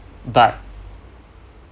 but